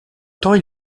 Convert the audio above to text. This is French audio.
temps